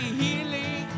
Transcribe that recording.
healing